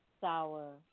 sour